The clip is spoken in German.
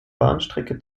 bahnstrecke